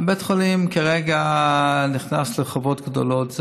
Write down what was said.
בית החולים כרגע נכנס לחובות גדולים.